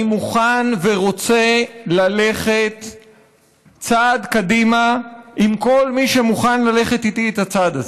אני מוכן ורוצה ללכת צעד קדימה עם כל מי שמוכן ללכת איתי את הצעד הזה.